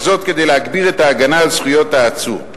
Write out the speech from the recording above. וזאת כדי להגביר את ההגנה על זכויות העצור.